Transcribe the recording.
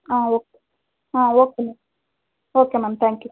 ಹಾಂ ಓಕೆ ಹಾಂ okay ma'am okay ma'am thank you